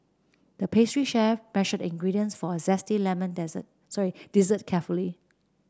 the pastry chef measured the ingredients for a zesty lemon desert sorry dessert carefully